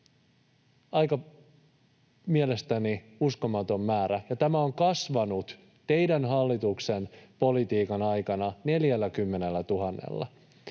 yli. Mielestäni aika uskomaton määrä, ja tämä on kasvanut teidän hallituksenne politiikan aikana 40 000:lla.